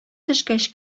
төшкәч